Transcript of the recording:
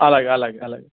అలాగే అలాగే అలాగే